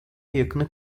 yakını